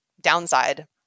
downside